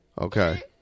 Okay